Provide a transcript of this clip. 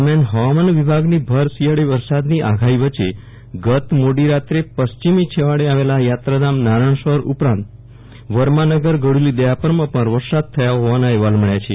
દરમિયાન હવામાન વીભાગની ભર શિયાળે વરસાદની આગાહી વચ્ચે ગત મોડી રાત્રે પશ્ચિમ છેવાડે આવેલા યાત્રાધામ નારાયણ સરોવર ઉપરાંત વર્માનગર ઘડુલી દયાપરમાં વરસાદ થયો હોવાના અહેવાલ મળ્યા છે